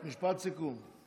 משפט סיכום.